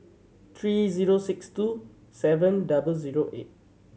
three zero six two seven double zero eight